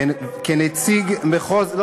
כנציג מחוז, חבר'ה, נאום בכורה.